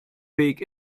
weg